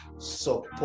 support